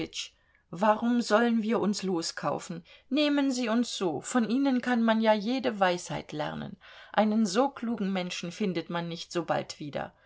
warum sollen wir uns loskaufen nehmen sie uns so von ihnen kann man ja jede weisheit lernen einen so klugen menschen findet man nicht so bald wieder